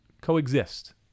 coexist